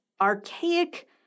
archaic